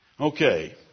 Okay